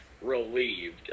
relieved